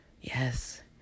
Yes